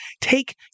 take